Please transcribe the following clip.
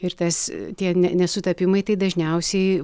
ir tas tie ne nesutapimai tai dažniausiai